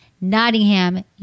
Nottingham